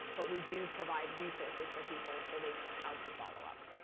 but we do provide resources for people so they know how to follow up.